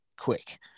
quick